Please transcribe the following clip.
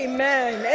Amen